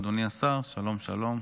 אדוני השר, שלום, שלום,